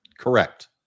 Correct